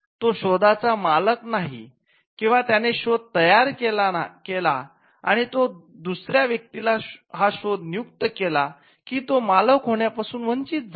तो शोधाचा मालक नाही किंवा त्याने शोध तयार केला आणि दुसर्या व्यक्तीला हा शोध नियुक्त केला की तो मालक होण्यापासून वंचित झाला